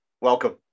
welcome